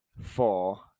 four